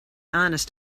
honest